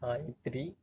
Gayatri